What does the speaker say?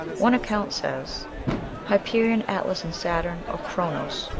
one account says hyperion, atlas, and saturn, or chronos,